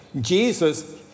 Jesus